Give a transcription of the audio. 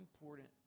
important